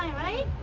right